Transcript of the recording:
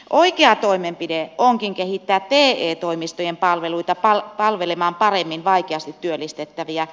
oikea toimenpide onkin kehittää te toimistojen palveluita palvelemaan paremmin vaikeasti työllistettäviä